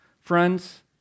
Friends